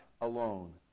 alone